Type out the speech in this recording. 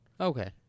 Okay